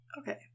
Okay